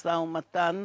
באמצעות משא-ומתן